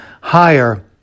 higher